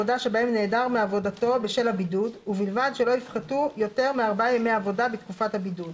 שזה 2.1. בארבעה ימים זה ה-even brake point שלו.